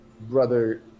brother